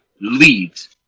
leads